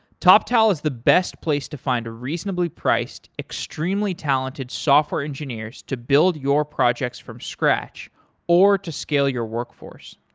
toptal is the best place to find reasonably priced, extremely talented software engineers to build your projects from scratch or to skill your workforce.